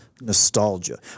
nostalgia